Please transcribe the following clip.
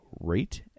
rate